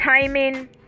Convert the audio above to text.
timing